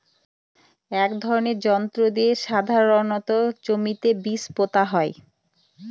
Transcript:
এক ধরনের যন্ত্র দিয়ে সাধারণত জমিতে বীজ পোতা হয়